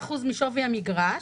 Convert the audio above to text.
35% משווי המגרש.